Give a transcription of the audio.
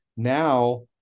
now